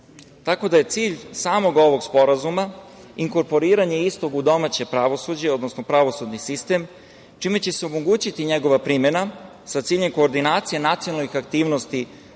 Tako da je cilj samog ovog Sporazuma inkorporiranje istog u domaće pravosuđe, odnosno pravosudni sistem, čime će se omogućiti njegova primena sa ciljem koordinacije nacionalnih aktivnosti